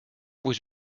või